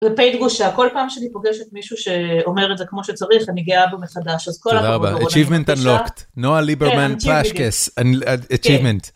כל פעם שאני פוגשת מישהו שאומר את זה כמו שצריך, אני גאה בו מחדש, אז כל הכבוד... תודה רבה, achievement unlocked. נועה ליברמן פאשקס, achievement.